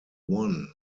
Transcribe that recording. won